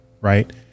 right